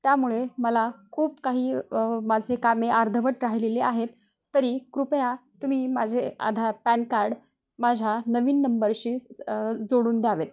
त्यामुळे मला खूप काही माझे कामे अर्धवट राहिलेले आहेत तरी कृपया तुम्ही माझे आधार पॅन कार्ड माझ्या नवीन नंबरशी जोडून द्यावेत